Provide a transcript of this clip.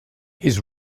his